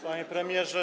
Panie Premierze!